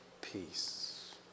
peace